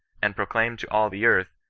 and proclaim to all the earth,